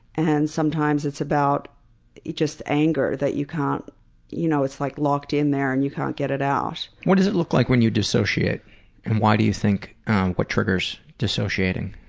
and sometimes it's about just anger that you can't you know it's like locked in there and you can't get it out. what does it look like when you dissociate? and why do you think what triggers dissociating?